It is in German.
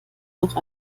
noch